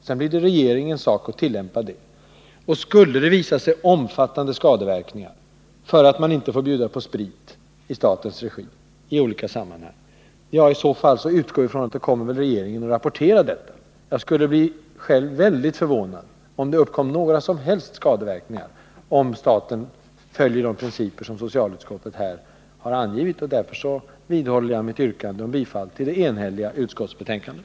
Sedan blir det regeringens sak att tillämpa det. Och skulle omfattande skadeverkningar visa sig på grund av att man inte bjuder på sprit i statens regi, så utgår jag från att regeringen kommer att rapportera detta. Jag skulle bli förvånad om det uppstod några som helst skadeverkningar om riksdagen följer de principer som socialutskottet här har angivit. Därför vidhåller jag mitt yrkande om bifall till hemställan i det enhälliga utskottsbetänkandet.